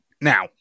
Now